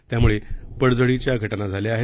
त्यामुळे पडझडीच्या घटना झाल्या आहेत